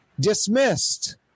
dismissed